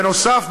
בנוסף,